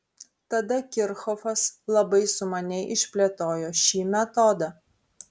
tada kirchhofas labai sumaniai išplėtojo šį metodą